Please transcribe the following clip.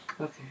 Okay